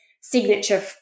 signature